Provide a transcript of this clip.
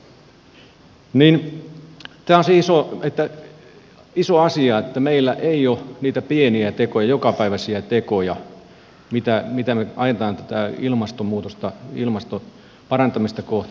niin tämä on se iso asia että meillä ei ole niitä pieniä tekoja jokapäiväisiä tekoja millä me ajamme tätä ilmastonmuutosta ilmaston parantamista kohti